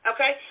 Okay